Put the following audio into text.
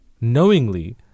knowingly